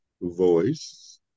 voice